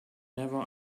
never